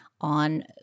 on